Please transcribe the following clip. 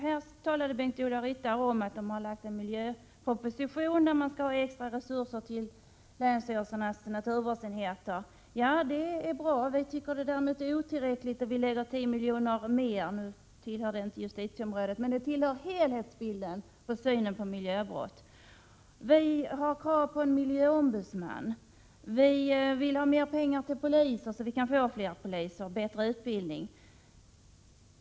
Här talade Bengt-Ola Ryttar om att regeringen har lagt fram en miljöproposition, som innebär extra resurser till länsstyrelsernas naturvårdsenheter. Ja, det är bra. Men vi tycker att det är otillräckligt, och vi föreslår 10 milj.kr. mer. Nu tillhör det inte justitieområdet, men det tillhör helhetsbilden när det gäller synen på miljövård. Vi har krav på en miljöombudsman. Vi vill ha mer pengar till poliser — så att vi kan få fler poliser och bättre utbildning.